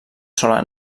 sola